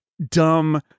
Dumb